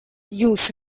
jūs